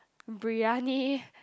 Briyani